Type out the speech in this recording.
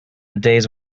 days